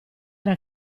era